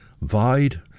vide